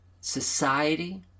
society